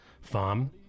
farm